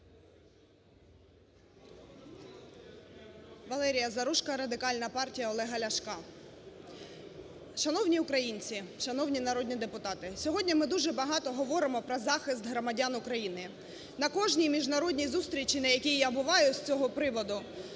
Валерія Заружко, Радикальна партія Олега Ляшка. Шановні українці! Шановні народні депутати! Сьогодні ми дуже багато говоримо про захист громадян України. На кожній міжнародній зустрічі, на якій я буваю з цього приводу,